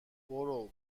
برو